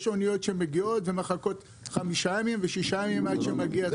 יש אניות שמגיעות ומחלקות חמישה ושישה ימים עד שמגיע תורן.